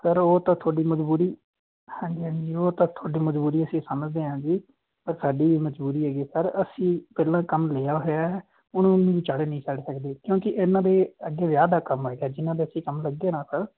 sir ਉਹ ਤਾਂ ਤੁਹਾਡੀ ਮਜਬੂਰੀ ਹਾਂਜੀ ਹਾਂਜੀ ਉਹ ਤਾਂ ਤੁਹਾਡੀ ਮਜਬੂਰੀ ਅਸੀਂ ਸਮਝਦੇ ਹਾਂ ਜੀ ਪਰ ਸਾਡੀ ਵੀ ਮਜਬੂਰੀ ਹੈਗੀ ਹੈ ਸਰ ਅਸੀਂ ਪਹਿਲਾਂ ਕੰਮ ਲਿਆ ਹੋਇਆ ਉਹਨੂੰ ਵਿਚਾਲੇ ਨਹੀਂ ਛੱਡ ਸਕਦੇ ਕਿਉਂਕਿ ਇਨ੍ਹਾਂ ਦੇ ਅੱਗੇ ਵਿਆਹ ਦਾ ਕੰਮ ਹੈਗਾ ਜਿਨ੍ਹਾਂ ਦੇ ਅਸੀਂ ਕੰਮ ਲੱਗੇ ਨਾ ਸਰ